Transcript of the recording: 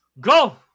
Go